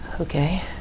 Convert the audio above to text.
okay